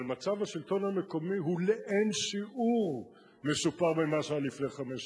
אבל מצב השלטון המקומי הוא לאין שיעור משופר ממה שהיה לפני חמש שנים,